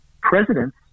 presidents